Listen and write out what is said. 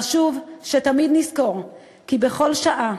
חשוב שתמיד נזכור כי בכל שעה,